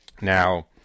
Now